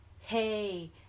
Hey